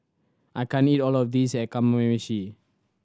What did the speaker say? I can't eat all of this a Kamameshi